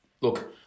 look